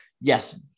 Yes